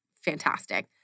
fantastic